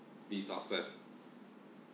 be success